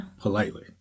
Politely